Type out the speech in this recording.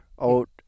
out